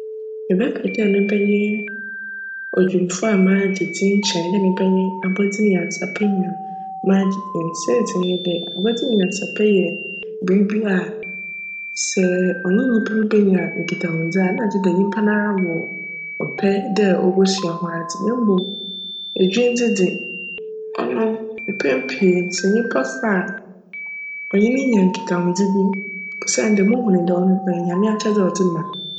Mebjpj dj mebjyj odwimfo a m'agye dzin kyjn dj mebjyj abcdzemnyansapjnyi a m'agye dzin. Siantsir nye dj, abcdzemnyansapj yj biribi a sj cnye nyimpa bi benya nkitahodzi a nna gyedj nyimpa noara wc cpj dj obosua ho adze mbom edwindze dze, cno mpjn pii no sj nyimpa fa a, cnye no nya nkitahodzi bi osiandj muhun dj cno cyj Nyame akyjdze a cdze ma.